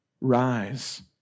Rise